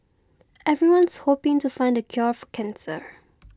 everyone's hoping to find the cure for cancer